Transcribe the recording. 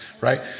right